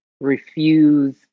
refuse